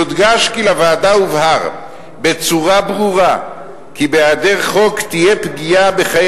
יודגש כי לוועדה הובהר בצורה ברורה כי בהיעדר חוק תהיה פגיעה בחיי